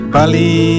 Pali